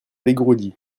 dégourdi